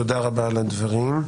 תודה רבה על הדברים.